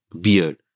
beard